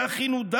לאחינו,